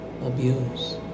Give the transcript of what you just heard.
abuse